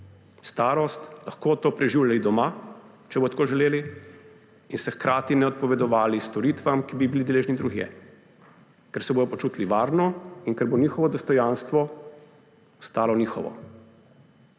starost, lahko to preživljali doma, če bodo tako želeli, in se hkrati ne odpovedovali storitvam, ki bi jih bili deležni drugje. Ker se bodo počutili varne in ker bo njihovo dostojanstvo ostalo njihovo.